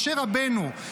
משה רבנו,